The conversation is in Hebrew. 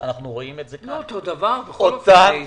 אנחנו נמצאים תשעה חודשים בתוך משבר הקורונה.